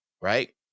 right